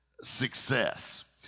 success